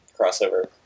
crossover